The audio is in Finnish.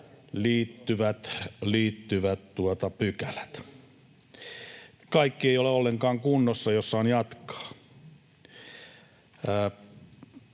Niikon välihuuto] — Kaikki ei ole ollenkaan kunnossa. Jos saan jatkaa?